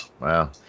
Wow